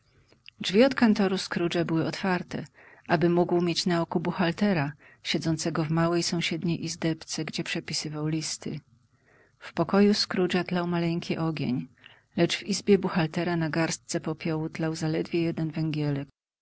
drzwi od kantoru scroogea były otwarte aby mógł mieć na oku buchaltera siedzącego w małej sąsiedniej izdebce gdzie przepisywał listy w pokoju scroogea tlał maleńki ogień lecz w izbie buchaltera na garstce popiołu tlał zaledwie jeden węgielek